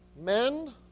Men